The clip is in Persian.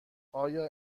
آیا